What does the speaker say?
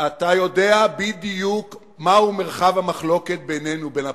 אתה יודע בדיוק מהו מרחב המחלוקת בינינו לבין הפלסטינים.